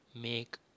make